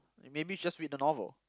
maybe just read the novel